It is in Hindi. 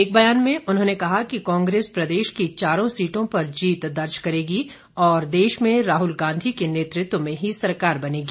एक बयान में उन्होंने कहा कि कांग्रेस प्रदेश की चारों सीटों पर जीत दर्ज करेगी और देश में राहुल गांधी के नेतृत्व में ही सरकार बनेगी